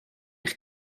eich